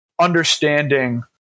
understanding